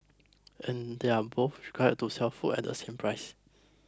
and they're both required to sell food at the same price